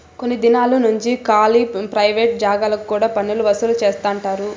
కొన్ని దినాలు నుంచి కాలీ ప్రైవేట్ జాగాలకు కూడా పన్నులు వసూలు చేస్తండారు